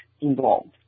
involved